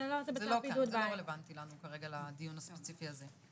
זה לא כאן, זה לא רלוונטי כרגע לדיון הספציפי הזה.